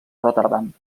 rotterdam